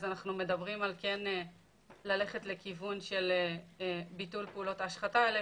אנחנו כן מדברים על כיוון של ביטול פעולות ההשחתה האלה,